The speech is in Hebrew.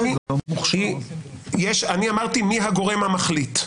אני אמרתי מי הגורם המחליט.